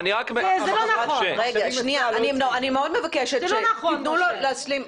אני רק --- אני מאוד מבקשת שתיתנו לו להשלים.